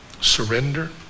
surrender